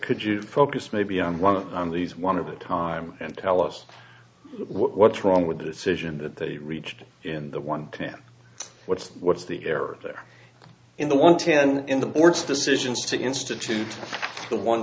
you focus maybe on one of these one of a time and tell us what's wrong with the decision that they reached in the one camp what's what's the error there in the one ten in the board's decisions to institute the one